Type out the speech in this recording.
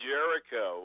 Jericho